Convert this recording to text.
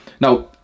Now